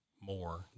more